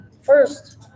First